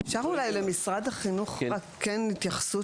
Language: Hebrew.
אפשר אולי למשרד החינוך רק כן התייחסות?